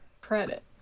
credit